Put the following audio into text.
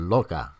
Loca